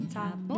top